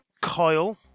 Kyle